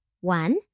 one